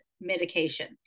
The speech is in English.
medication